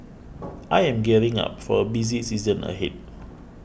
I am gearing up for a busy season ahead